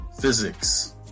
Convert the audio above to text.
physics